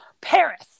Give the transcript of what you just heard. Paris